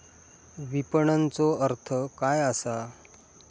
विपणनचो अर्थ काय असा?